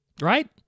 right